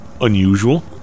unusual